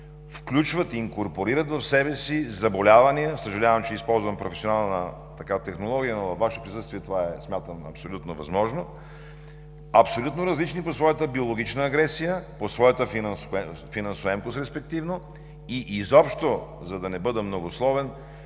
включват, инкорпорират в себе си заболявания, съжалявам, че използвам професионална технология, но във Ваше присъствие смятам това е абсолютно възможно, абсолютно различни по своята биологична агресия, по своята финансоемкост респективно, и изобщо, за да не бъда многословен